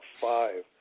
five